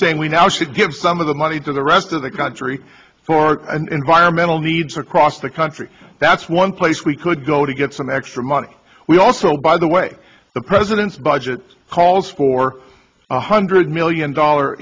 saying we now should give some of the money to the rest of the country for environmental needs across the country that's one place we could go to get some extra money we also by the way the president's budget calls for one hundred million dollar